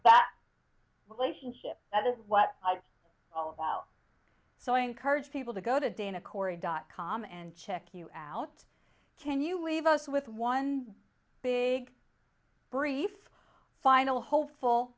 that relationship that is what i all about so i encourage people to go to dana corey dot com and check you out can you leave us with one big brief final hopeful